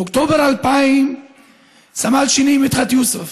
באוקטובר 2000 סמל שני מדחת יוסף